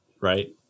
Right